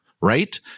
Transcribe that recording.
right